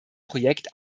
projekt